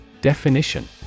Definition